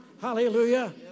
Hallelujah